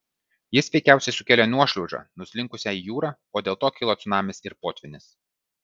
jis veikiausiai sukėlė nuošliaužą nuslinkusią į jūrą o dėl to kilo cunamis ir potvynis